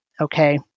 Okay